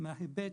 מההיבט